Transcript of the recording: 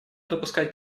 допускать